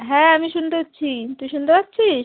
হ্যাঁ আমি শুনতে পাচ্ছি তুই শুনতে পাচ্ছিস